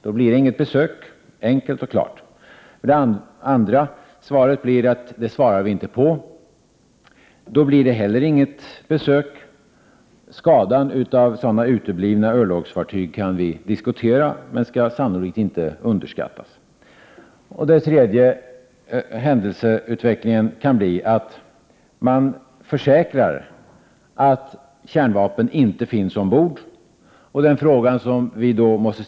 Då blir det inget besök — enkelt och klart. Det andra är att man säger: Det svarar vi inte på. Då blir det heller inget besök. Skadan av sådana uteblivna örlogsbesök kan vi diskutera, men den skall sannolikt inte underskattas. Den tredje händelseutvecklingen är att man försäkrar att kärnvapen inte Prot. 1988/89:123 finns ombord.